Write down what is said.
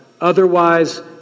otherwise